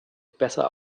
besser